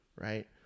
right